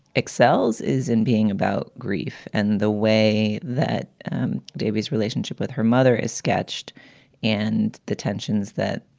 excels is in being about grief and the way that david's relationship with her mother is sketched and the tensions that